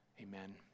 Amen